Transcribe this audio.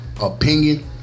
Opinion